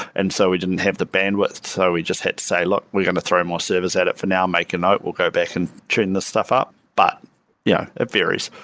and so we didn't have the bandwidth so we just had to say, look. we're going to throw more service at it for now, make a note. we'll go back and turn this stuff up, but yeah it varies.